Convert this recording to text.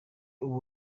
ubu